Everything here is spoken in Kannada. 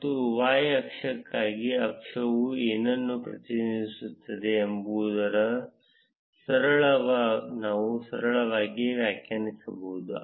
ಮತ್ತು y ಅಕ್ಷಕ್ಕಾಗಿ ಅಕ್ಷವು ಏನನ್ನು ಪ್ರತಿನಿಧಿಸುತ್ತದೆ ಎಂಬುದನ್ನು ನಾವು ಸರಳವಾಗಿ ವ್ಯಾಖ್ಯಾನಿಸಬಹುದು